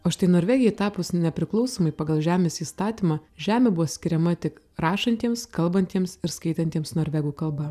o štai norvegijai tapus nepriklausomai pagal žemės įstatymą žemė buvo skiriama tik rašantiems kalbantiems ir skaitantiems norvegų kalba